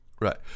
Right